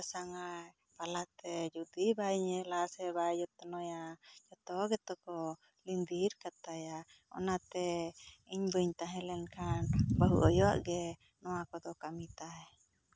ᱵᱟᱥᱟᱝᱼᱟᱭ ᱯᱟᱞᱟᱜ ᱛᱮ ᱡᱩᱫᱤ ᱵᱟᱭ ᱧᱮᱞᱟ ᱛᱮ ᱥᱮ ᱵᱟᱭ ᱡᱚᱛᱱᱚᱭᱟ ᱡᱚᱛᱚ ᱜᱮᱛᱚ ᱠᱚ ᱞᱤᱱᱫᱤᱨ ᱠᱟᱛᱟᱭᱟ ᱚᱱᱟ ᱛᱮ ᱤᱧ ᱵᱟᱹᱧ ᱛᱟᱦᱮᱸ ᱞᱮᱱ ᱠᱷᱟᱱ ᱵᱟᱹᱦᱩ ᱟᱭᱳ ᱜᱮ ᱱᱚᱣᱟ ᱠᱚᱫᱚ ᱠᱟᱹᱢᱤ ᱛᱟᱭ